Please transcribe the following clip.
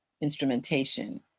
instrumentation